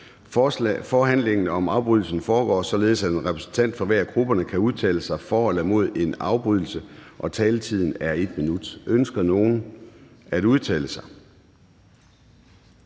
Forhandlingen om afbrydelse foregår således, at en repræsentant fra hver af grupperne kan udtale sig for eller imod en afbrydelse. Taletiden er 1 minut. Ønsker nogen at udtale sig?